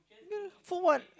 yeah for what